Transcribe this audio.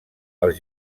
els